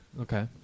Okay